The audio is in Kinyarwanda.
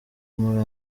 muri